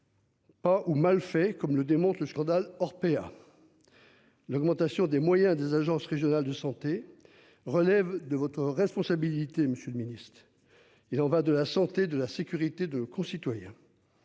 Pas ou mal fait, comme le démontre le scandale Orpea. L'augmentation des moyens des agences régionales de santé relève de votre responsabilité, monsieur le ministre. Il en va de la santé de la sécurité de concitoyens.